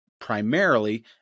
primarily